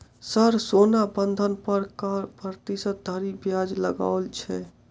Sir सोना बंधक पर कऽ प्रतिशत धरि ब्याज लगाओल छैय?